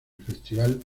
festival